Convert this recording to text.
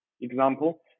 example